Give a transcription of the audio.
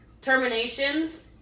terminations